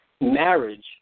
Marriage